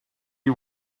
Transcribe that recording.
you